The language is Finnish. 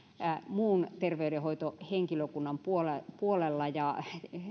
muun terveydenhoitohenkilökunnan puolella puolella